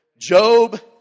Job